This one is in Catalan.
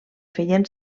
feien